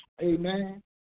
amen